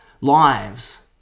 lives